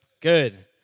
Good